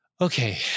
okay